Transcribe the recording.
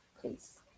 please